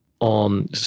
on